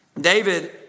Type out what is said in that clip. David